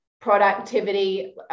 productivity